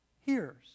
hears